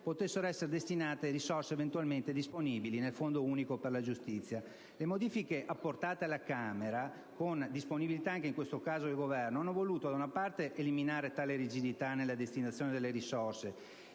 potessero essere destinate risorse eventualmente disponibili nel Fondo unico per la giustizia. Le modifiche apportate alla Camera, con la disponibilità anche in questo caso del Governo, hanno voluto, da una parte, eliminare tale rigidità nella destinazione delle risorse